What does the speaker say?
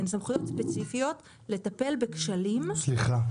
הן סמכויות ספציפיות לטפל בכשלים שהראו --- סליחה.